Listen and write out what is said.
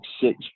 six